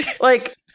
Like-